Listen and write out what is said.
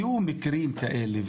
היו מקרים כאלה,